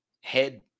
head